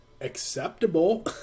acceptable